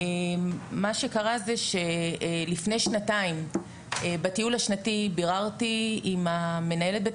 מה שקרה זה שלפני שנתיים בטיול השנתי ביררתי עם מנהלת בית